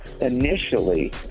Initially